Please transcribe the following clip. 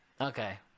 okay